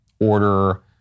order